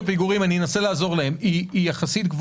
אנסה לעזור להם: ריבית הפיגורים גבוהה יחסית,